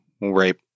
rape